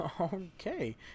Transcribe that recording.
Okay